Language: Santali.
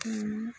ᱦᱮᱸ